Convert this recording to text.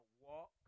walk